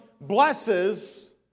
blesses